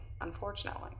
unfortunately